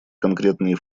конкретные